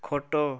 ଖଟ